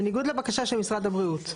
בניגוד לבקשה של משרד הבריאות.